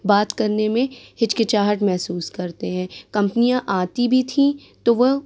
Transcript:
बात करने में हिचकिचाहट महसूस करते हैं कम्पनियाँ आती भी थी तो वह